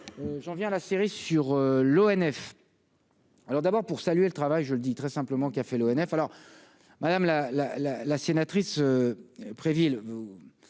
j'en viens à la série sur l'ONF. Alors d'abord pour saluer le travail, je le dis très simplement qu'il a fait l'ONF alors madame la la la la, sénatrice Préville